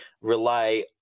rely